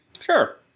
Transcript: Sure